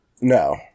No